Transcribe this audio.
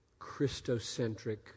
Christocentric